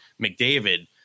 McDavid